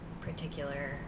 particular